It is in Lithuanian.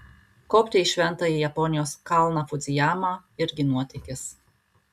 kopti į šventąjį japonijos kalną fudzijamą irgi nuotykis